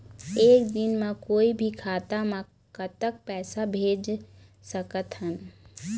एक दिन म कोई भी खाता मा कतक पैसा भेज सकत हन?